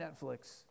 Netflix